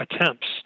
attempts